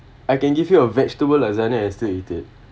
I can give you a vegetable lasagna and still eat it